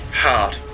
hard